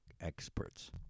experts